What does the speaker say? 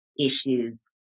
issues